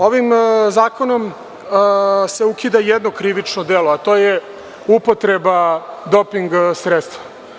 Ovim zakonom se ukida jedno krivično delo, a to je upotreba doping sredstva.